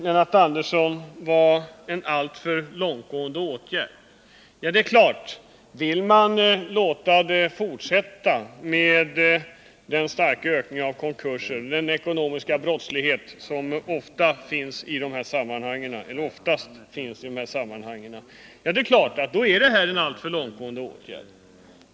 Lennart Andersson sade att detta skulle vara en alltför långtgående åtgärd. Ja, om man vill tillåta att den starka ökningen av konkurser och den därmed ofta eller oftast förenade ekonomiska brottsligheten fortsätter, är det självfallet fråga om en alltför långtgående åtgärd.